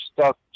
stuck